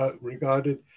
regarded